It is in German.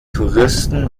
touristen